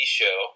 show